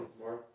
more